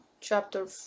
chapter